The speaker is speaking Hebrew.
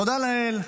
תודה לאל,